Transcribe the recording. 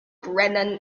brennan